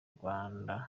rwanda